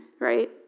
right